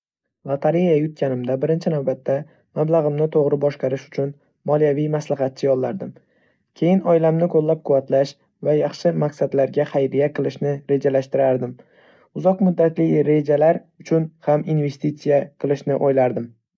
Lotereya yutganimda, birinchi navbatda, mablag‘imni to‘g‘ri boshqarish uchun moliyaviy maslahatchi yollardim. Keyin, oilamni qo‘llab-quvvatlash va yaxshi maqsadlarga xayriya qilishni rejalashtirardim. Uzoq muddatli rejalar uchun ham investitsiya qilishni o‘ylardim.